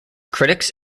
critics